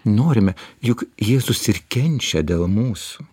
norime juk jėzus ir kenčia dėl mūsų